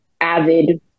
avid